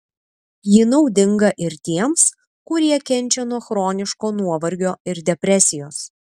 ji naudinga ir tiems kurie kenčia nuo chroniško nuovargio ir depresijos